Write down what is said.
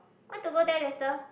want to go there later